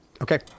Okay